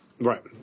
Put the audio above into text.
Right